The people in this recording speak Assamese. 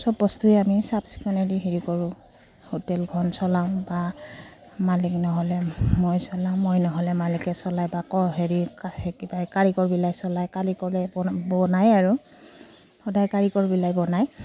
চব বস্তুৱে আমি চাফ চিকুণেদি হেৰি কৰোঁ হোটেলখন চলাওঁ বা মালিক নহ'লে মই চলাওঁ মই নহ'লে মালিকে চলাই বা হেৰি কিবা কাৰিকৰবিলাকে চলাই কাৰিকৰে বনাই আৰু সদায় কাৰিকৰবিলাকেই বনায়